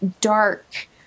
dark